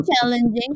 challenging